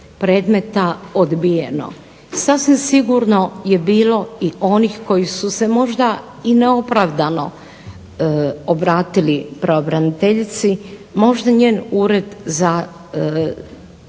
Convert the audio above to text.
predmeta odbijeno. Sasvim sigurno je bilo i onih koji su se možda i neopravdano obratili pravobraniteljici, možda njen ured za